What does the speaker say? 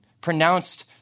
pronounced